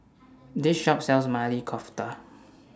This Shop sells Maili Kofta